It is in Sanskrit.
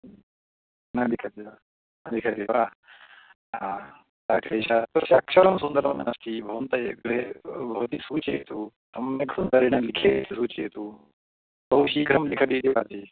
न लिखति वा लिखति वा अक्षरं सुन्दरं नास्ति भवन्तः भवती सूचयतु सम्यक् रूपेण लिखेत् सूचयतु बहु शीघ्रं लिखति इति भाति